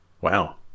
Wow